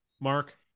Mark